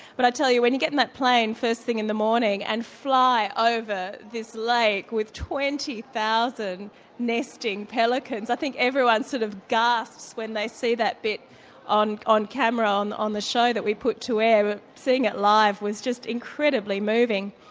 but i tell you when you get in that plane first thing in the morning and fly over this lake like with twenty thousand nesting pelicans, i think everyone sort of gasps when they see that bit on on camera on on the show that we put to air. seeing it live was just incredibly moving.